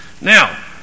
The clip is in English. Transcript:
Now